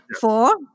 four